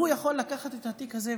הוא יכול לקחת את התיק הזה,